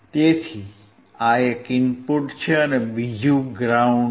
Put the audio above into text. તેથી આ એક ઇનપુટ છે અને બીજું ગ્રાઉન્ડ છે